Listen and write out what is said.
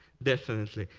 definitely,